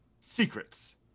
Secrets